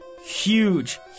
huge